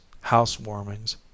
house-warmings